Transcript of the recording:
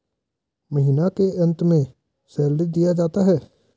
महीना के अंत में सैलरी दिया जाता है